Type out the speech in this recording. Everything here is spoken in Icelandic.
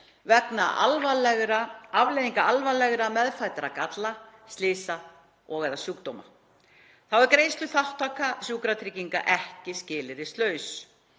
vegna afleiðinga alvarlegra meðfæddra galla, slysa og sjúkdóma. Þá er greiðsluþátttaka sjúkratrygginga ekki skilyrðislaus.